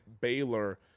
Baylor